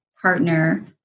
partner